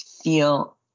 feel